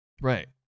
Right